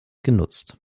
genutzt